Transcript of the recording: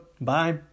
Bye